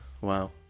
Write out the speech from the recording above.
Wow